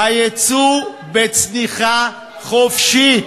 היצוא בצניחה חופשית.